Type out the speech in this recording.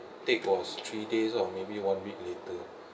take was three days or maybe one week later